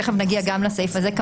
תכף נגיע לסעיף הזה.